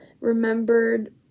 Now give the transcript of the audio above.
remembered